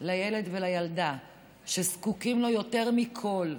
לילד ולילדה שזקוקים לו יותר מכול,